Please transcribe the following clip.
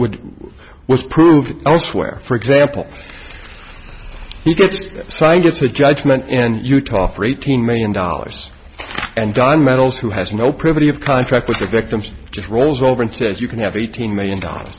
would was proved elsewhere for example he gets signed it's a judgment and utah for eighteen million dollars and don metals who has no privity of contract with the victims just rolls over and says you can have eighteen million dollars